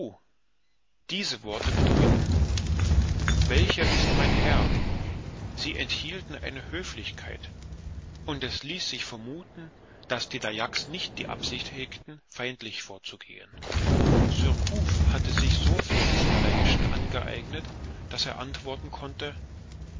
diese worte bedeuten welcher ist mein herr sie enthielten eine höflichkeit und es ließ sich vermuthen daß die dayaks nicht die absicht hegten feindlich vorzugehen surcouf hatte sich so viel des malayischen angeeignet daß er antworten konnte